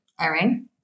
Irene